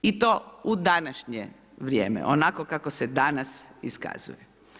I to u današnje vrijeme, onako kako se danas iskazuje.